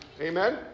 Amen